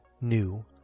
new